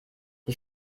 die